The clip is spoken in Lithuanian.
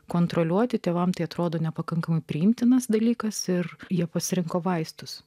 kontroliuoti tėvams tai atrodo nepakankamai priimtinas dalykas ir jie pasirinko vaistus